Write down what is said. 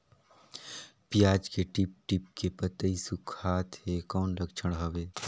पियाज के टीप टीप के पतई सुखात हे कौन लक्षण हवे?